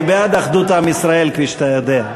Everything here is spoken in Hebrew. אני בעד אחדות עם ישראל, כפי שאתה יודע.